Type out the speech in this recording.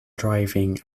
driving